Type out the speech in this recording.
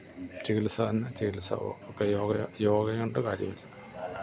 ചികിത്സ തന്നെ ചികിത്സ ഓ ഒക്കെ യോഗയ യോഗ കൊണ്ട് കാര്യമില്ല